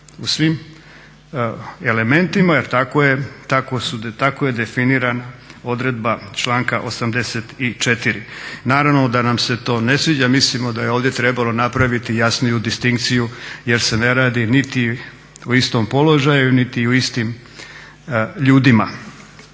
u svim elementima jer tako je, tako je definirana odredba članka 84. Naravno da nam se to ne sviđa, mislimo da je ovdje trebalo napraviti jasniju distinkciju jer se ne radi niti o istom položaju, niti o istim ljudima.